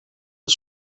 het